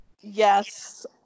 yes